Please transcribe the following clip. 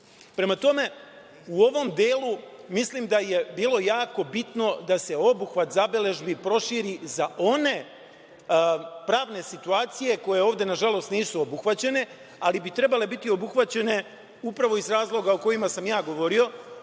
tome, u ovom delu mislim da je bilo jako bitno da se obuhvat zabeležbi proširi za one pravne situacije koje ovde nažalost nisu obuhvaćene, ali bi trebale biti obuhvaćene upravo iz razloga o kojima sam ja govorio,